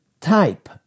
type